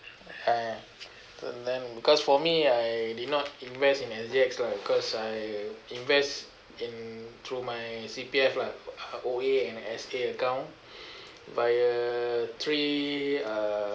uh man because for me I did not invest in S_G_X lah cause I invest in through my C_P_F lah O_A and S_A account via three uh